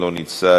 לא נמצא,